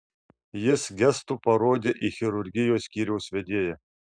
jis gestu parodė į chirurgijos skyriaus vedėją